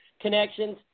connections